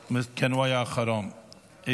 הוא היה האחרון.